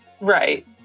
Right